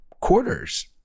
quarters